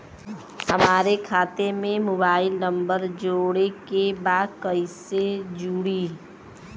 हमारे खाता मे मोबाइल नम्बर जोड़े के बा कैसे जुड़ी?